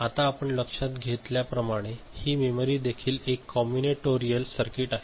आता आपण लक्षात घेतल्याप्रमाणे ही मेमरी देखील एक कॉमबिनेटोरियल सर्किट आहे